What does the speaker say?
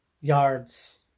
yards